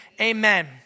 amen